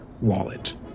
wallet